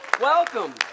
Welcome